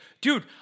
Dude